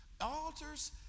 altars